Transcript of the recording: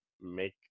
make